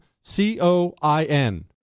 C-O-I-N